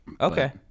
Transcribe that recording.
Okay